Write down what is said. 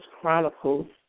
Chronicles